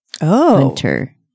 hunter